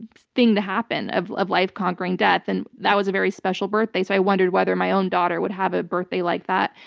thing to happen, of of life conquering death. and that was a very special birthday, so i wondered whether my own daughter would have a birthday like that,